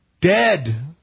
Dead